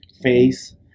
face